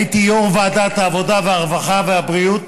הייתי יו"ר ועדת העבודה הרווחה והבריאות